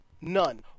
None